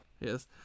Yes